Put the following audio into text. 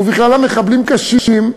ובכללם מחבלים קשים.